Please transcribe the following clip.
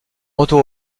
retour